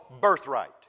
birthright